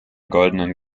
goldenen